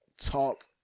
talk